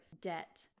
debt